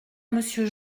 monsieur